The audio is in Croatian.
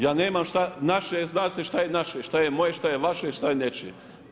Ja nemam šta, naše je zna se šta je naše, šta je moje, šta je vaše, šta je nečije.